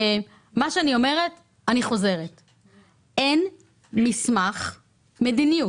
אני אומרת שאין מסמך מדיניות.